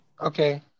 Okay